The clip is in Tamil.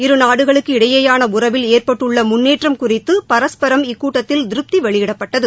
இரு நாடுகளுக்கு இடையேயான உறவில் ஏற்பட்டுள்ள முன்னேற்றம் குறித்து பரஸ்பரம் இக்கூட்டத்தில் திருப்தி வெளியிடப்பட்டது